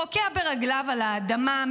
רוקע ברגליו על האדמה,